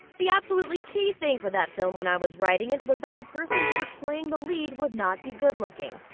the absolutely key thing for that film when i was writing it was that the person who was playing the lead would not be good looking.